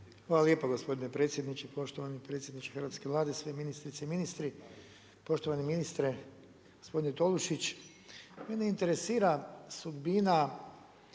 Hvala lijepo gospodine predsjedniče. Poštovani predsjedniče hrvatske Vlade, sve ministrice i ministri. Poštovani ministre gospodine Tolušić, mene interesira sudbina